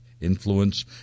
influence